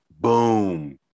boom